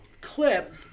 clip